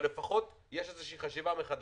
אבל לפחות יש איזושהי חשיבה מחדש.